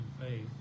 faith